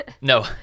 No